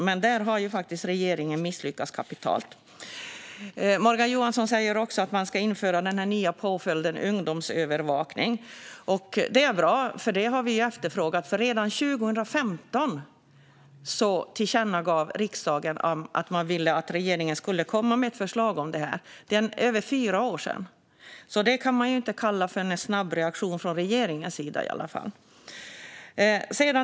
Men där har faktiskt regeringen misslyckats kapitalt. Morgan Johansson säger också att man ska införa den nya påföljden ungdomsövervakning. Det är bra, för det har vi efterfrågat. Redan 2015 tillkännagav riksdagen att man ville att regeringen skulle komma med ett förslag om detta. Det är över fyra år sedan, så det kan man i alla fall inte kalla en snabb reaktion från regeringens sida.